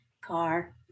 car